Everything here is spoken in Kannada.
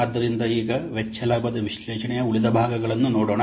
ಆದ್ದರಿಂದ ಈಗ ವೆಚ್ಚ ಲಾಭದ ವಿಶ್ಲೇಷಣೆಯ ಉಳಿದ ಭಾಗಗಳನ್ನು ನೋಡೋಣ